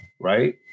right